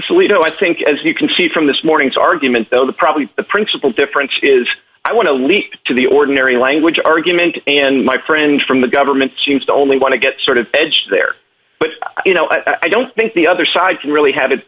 alito i think as you can see from this morning's argument though the probably the principal difference is i want to leap to the ordinary language argument and my friend from the government seems to only want to get sort of edge there but you know i don't think the other side can really have it